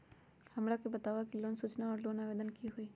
हमरा के बताव कि लोन सूचना और लोन आवेदन की होई?